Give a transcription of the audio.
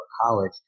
college